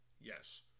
Yes